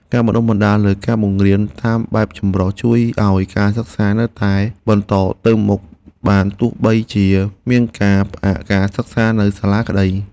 ការបណ្តុះបណ្តាលលើការបង្រៀនតាមបែបចម្រុះជួយឱ្យការសិក្សានៅតែបន្តទៅមុខបានទោះបីជាមានការផ្អាកការសិក្សានៅសាលាក្តី។